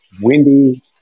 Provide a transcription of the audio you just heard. windy